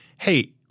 hey